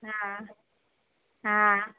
હા હા